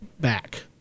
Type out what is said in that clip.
back